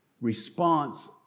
response